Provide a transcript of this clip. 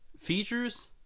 features